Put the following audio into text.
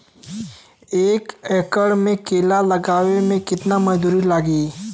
एक एकड़ में केला लगावे में मजदूरी कितना लागी?